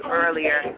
earlier